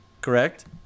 correct